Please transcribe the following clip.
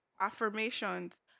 affirmations